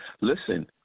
Listen